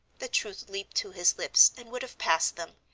the truth leaped to his lips and would have passed them,